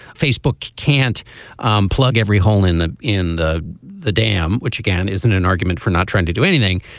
facebook can't plug every hole in the in the the dam which again isn't an argument for not trying to do anything.